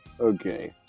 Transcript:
Okay